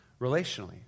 relationally